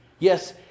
Yes